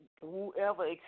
whoever